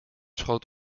schoot